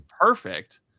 perfect